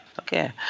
Okay